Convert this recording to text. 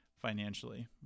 financially